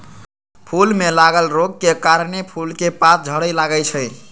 फूल में लागल रोग के कारणे फूल के पात झरे लगैए छइ